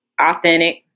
Authentic